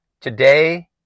Today